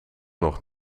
nog